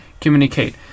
communicate